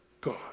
God